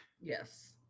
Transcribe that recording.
Yes